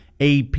AP